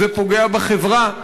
פוגע בחברה.